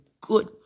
good